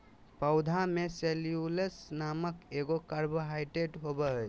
पौधा में सेल्यूलोस नामक एगो कार्बोहाइड्रेट होबो हइ